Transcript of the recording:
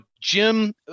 Jim